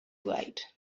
right